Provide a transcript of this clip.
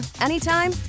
anytime